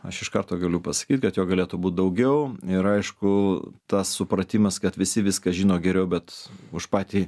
aš iš karto galiu pasakyt kad jo galėtų būti daugiau ir aišku tas supratimas kad visi viską žino geriau bet už patį